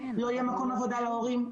לא יהיה מקום עבודה להורים,